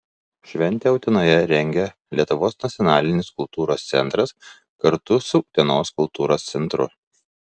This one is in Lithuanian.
šventę utenoje rengia lietuvos nacionalinis kultūros centras kartu su utenos kultūros centru